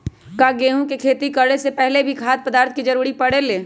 का गेहूं के खेती करे से पहले भी खाद्य पदार्थ के जरूरी परे ले?